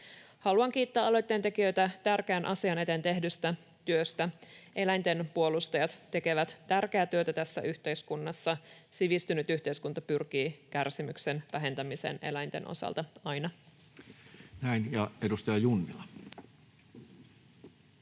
Haluan kiittää aloitteen tekijöitä tärkeän asian eteen tehdystä työstä. Eläinten puolustajat tekevät tärkeää työtä tässä yhteiskunnassa. Sivistynyt yhteiskunta pyrkii kärsimyksen vähentämisen eläinten osalta — aina.